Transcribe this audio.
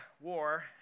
war